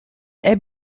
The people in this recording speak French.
est